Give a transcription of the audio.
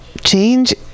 change